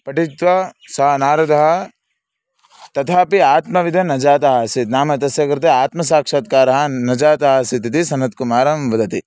पठित्वा सः नारदः तथापि आत्मविद्यां न जातः आसीत् नाम तस्य कृते आत्मसाक्षात्कारः न जातः आसीत् इति सनत्कुमारं वदति